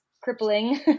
crippling